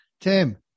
tim